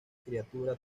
criatura